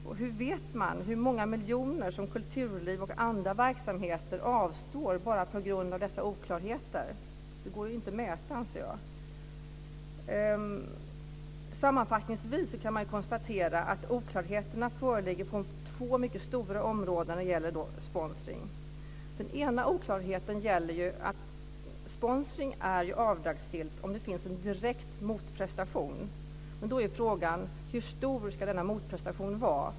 Och hur vet man hur många miljoner som kulturliv och andra verksamheter avstår från bara på grund av dessa oklarheter? Det går inte att mäta, anser jag. Sammanfattningsvis kan man konstatera att oklarheter föreligger på två mycket stora områden när det gäller sponsring. Den ena oklarheten gäller att sponsring är avdragsgillt om det finns en direkt motprestation. Då är frågan: Hur stor ska denna motprestation vara?